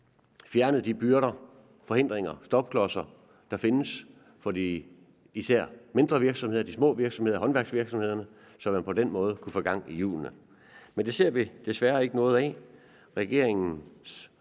fjernet de byrder, forhindringer og stopklodser, der findes for især de mindre virksomheder – de små virksomheder, håndværksvirksomheder – så man på den måde kunne få gang i hjulene. Men det ser vi desværre ikke noget af.